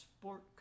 sport